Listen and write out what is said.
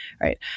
right